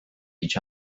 each